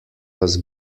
was